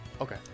Okay